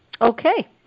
Okay